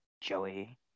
Joey